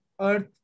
earth